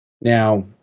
Now